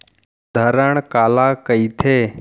धरण काला कहिथे?